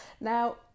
Now